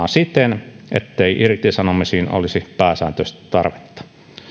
toteuttamaan siten ettei irtisanomisiin olisi pääsääntöisesti tarvetta